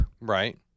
Right